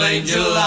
Angel